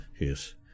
Yes